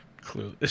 Clue